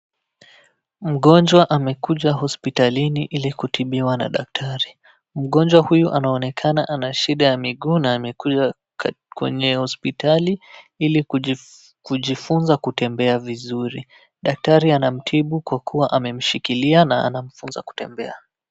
Mgonjwa amekuja hospitalini ili kutibiwa na daktari mgonjwa huyu anaonekana ana shida ya miguu na amekuja kwenye hospitali ili kujifunza kutembea vizuri daktari anamtibu kwa kuwa amemshikilia na anamfunza kutembea